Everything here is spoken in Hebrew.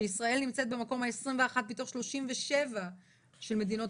שישראל נמצאת במקום ה-21 מתוך 37 של מדינות